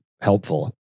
helpful